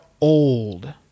old